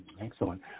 Excellent